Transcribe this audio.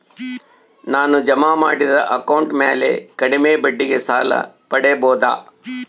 ನಾನು ಜಮಾ ಮಾಡಿದ ಅಕೌಂಟ್ ಮ್ಯಾಲೆ ಕಡಿಮೆ ಬಡ್ಡಿಗೆ ಸಾಲ ಪಡೇಬೋದಾ?